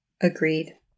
Agreed